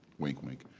wink-wink.